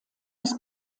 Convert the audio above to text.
das